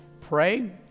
pray